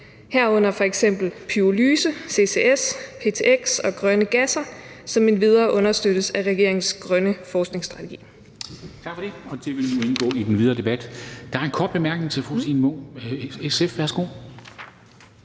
herunder f.eks. pyrolyse, CCS, ptx og grønne gasser, som endvidere understøttes af regeringens grønne forskningsstrategi.«